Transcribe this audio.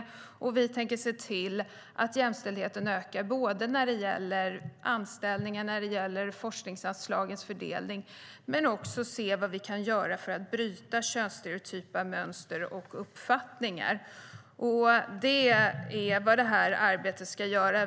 Vi tänker se till att jämställdheten ökar när det gäller anställningar och forskningsanslagens fördelning men också se vad vi kan göra för att bryta könsstereotypa mönster och uppfattningar. Det är vad detta arbete ska göra.